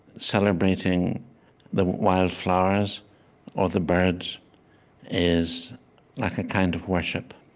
celebrating the wildflowers or the birds is like a kind of worship